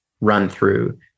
run-through